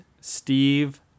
Steve